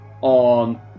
on